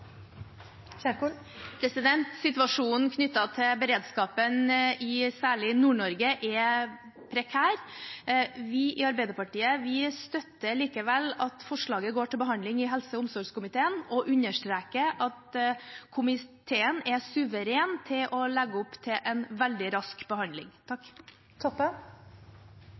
med stemmeforklaringer. Situasjonen knyttet til beredskapen, særlig i Nord-Norge, er prekær. Vi i Arbeiderpartiet støtter likevel at forslaget går til behandling i helse- og omsorgskomiteen, og understreker at komiteen er suveren til å legge opp til en veldig rask behandling.